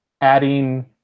adding